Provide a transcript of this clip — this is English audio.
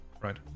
Right